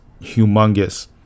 humongous